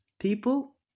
People